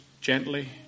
gently